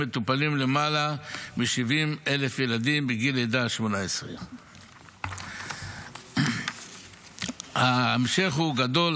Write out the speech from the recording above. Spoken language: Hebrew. מטופלים למעלה מ-70,000 ילדים בגיל לידה עד 18. ההמשך הוא גדול,